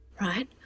Right